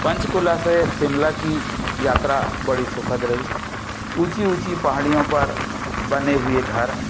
पंचकुला से शिमला की यात्रा बड़ी सुखद रही ऊँची ऊँची पहाड़ियों पर बने हुए घर